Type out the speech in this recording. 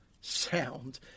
sound